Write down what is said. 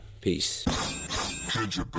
peace